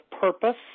purpose